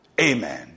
amen